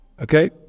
okay